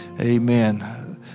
Amen